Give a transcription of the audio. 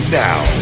now